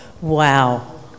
Wow